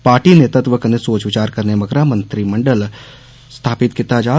party नेतृत्व कन्नै सोच विचार करने मगरा मंत्रीमंडल स्थपित कीता जाग